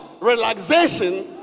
relaxation